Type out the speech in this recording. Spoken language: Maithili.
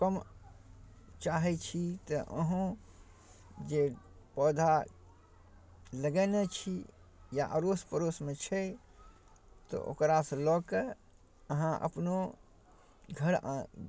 कम चाहै छी तऽ अहूँ जे पौधा लगेने छी या अड़ोसपड़ोसमे छै तऽ ओकरासँ लऽ कऽ अहाँ अपनो घर आँ